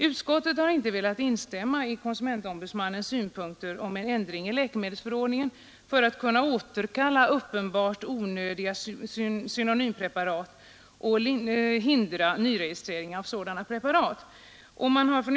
Utskottet har inte velat instämma i konsumentombudsmannens synpunkter på en ändring i läkemedelsförordningen för att kunna återkalla uppenbart onödiga synonympreparat och hindra nyregistrering av sådana preparat.